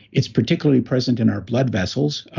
it's particularly present in our blood vessels,